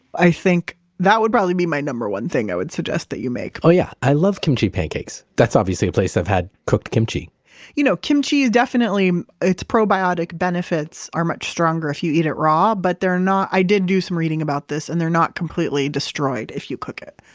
i think that would probably be my number-one thing i would suggest that you make oh yeah. i love kimchi pancakes. that's obviously a place i've had cooked kimchi you know, kimchi is definitely. its probiotic benefits are much stronger if you eat it raw, but they're not. i did do some reading about this, and they're not completely destroyed if you cook it.